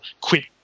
quit